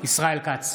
ישראל כץ,